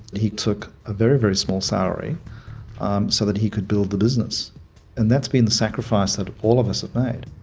he took a very very small salary so that he could build the business and that's been the sacrifice that all of us have made.